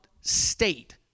state